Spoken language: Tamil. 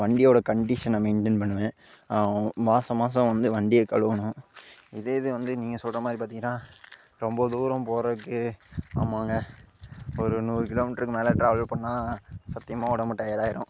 வண்டியோடய கண்டிஷனை மெயிண்டன் பண்ணுவேன் மாதம் மாதம் வந்து வண்டியை கழுவணும் இதே இது வந்து நீங்கள் சொல்கிற மாதிரி பார்த்தீங்கனா ரொம்ப தூரம் போகிறதுக்கு ஆமாங்க ஒரு நூறு கிலோ மீட்டருக்கு மேலே ட்ராவல் பண்ணால் சத்தியமாக உடம்பு டயர்ட் ஆகிரும்